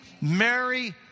Mary